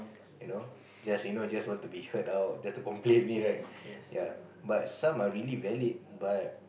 you know just you know just want to be heard out just to complain only right ya but some are really valid but